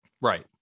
Right